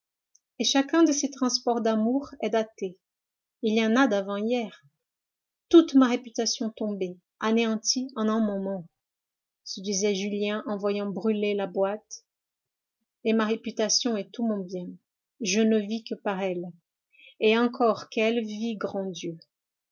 et chacun de ces transports d'amour est daté il y en a d'avant-hier toute ma réputation tombée anéantie en un moment se disait julien en voyant brûler la boîte et ma réputation est tout mon bien je ne vis que par elle et encore quelle vie